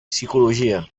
psicologia